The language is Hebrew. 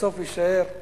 בסוף יישארו